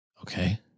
Okay